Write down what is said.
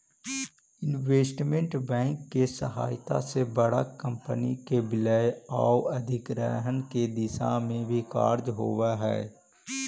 investment bank के सहायता से बड़ा कंपनी के विलय आउ अधिग्रहण के दिशा में भी कार्य होवऽ हइ